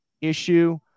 issue